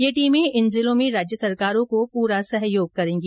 ये टीमें इन जिलों में राज्य सरकारों को पूरा सहयोग करेगी